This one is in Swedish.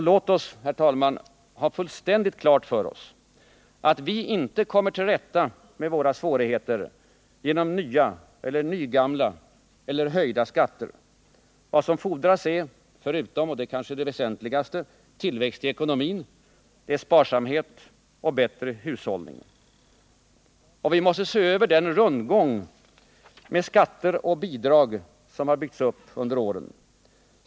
Låt oss, herr talman, ha fullständigt klart för oss att vi inte kommer till rätta med våra svårigheter genom nya eller nygamla eller höjda skatter. Vad som fordras förutom tillväxt i ekonomin — och det är kanske det väsentligaste — är sparsamhet och bättre hushållning. Vi måste se över den ”rundgång” med skatter och bidrag som har byggts upp under åren.